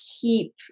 keep